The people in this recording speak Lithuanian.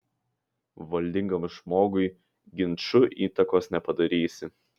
valdingam žmogui ginču įtakos nepadarysi